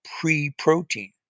pre-protein